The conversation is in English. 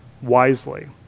wisely